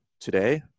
today